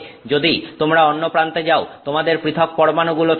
যদি তোমরা অন্য প্রান্তে যাও তোমাদের পৃথক পরমাণুগুলো থাকবে